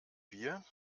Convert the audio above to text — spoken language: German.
bier